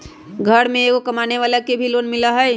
घर में एगो कमानेवाला के भी लोन मिलहई?